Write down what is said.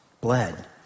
bled